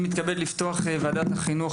אני מתכבד לפתוח את ישיבת ועדת החינוך,